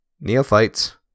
neophytes